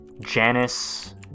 Janice